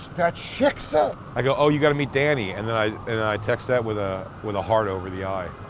that shiksa! i go, oh, you gotta meet dani. and then i and i text that with ah with a heart over the i.